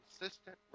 consistent